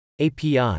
API